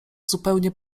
zupełnie